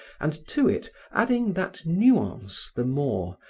and to it adding that nuance the more,